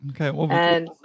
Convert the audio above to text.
Okay